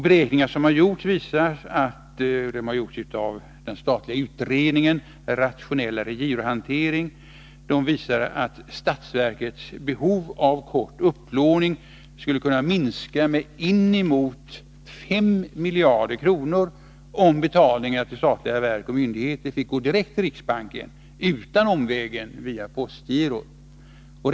Beräkningar som har gjorts av den statliga utredningen Rationellare girohantering visar att statsverkets behov av kort upplåning skulle kunna minska med innemot 5 miljarder kronor, om betalningar från statliga verk och myndigheter fick gå direkt till riksbanken utan omvägen via postgirot.